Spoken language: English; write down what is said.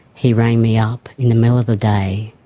he rang me up in the middle of the day,